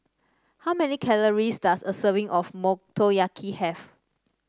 how many calories does a serving of Motoyaki have